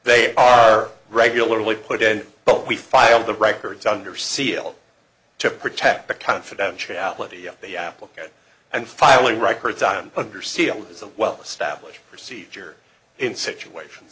they are regularly put in but we filed the records under seal to protect the confidentiality of the applicant and filing records i'm under seal is a well established procedure in situations